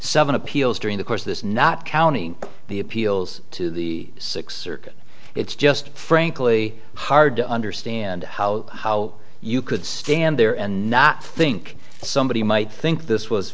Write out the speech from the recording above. seven appeals during the course of this not counting the appeals to the six circuit it's just frankly hard to understand how how you could stand there and not think somebody might think this was